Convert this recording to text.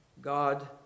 God